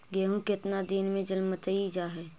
गेहूं केतना दिन में जलमतइ जा है?